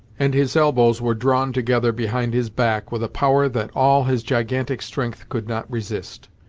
and his elbows were drawn together behind his back, with a power that all his gigantic strength could not resist.